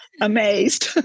amazed